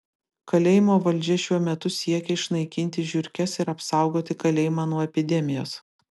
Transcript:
kalėjimo valdžia šiuo metu siekia išnaikinti žiurkes ir apsaugoti kalėjimą nuo epidemijos